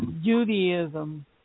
judaism